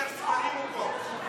ספרים פה.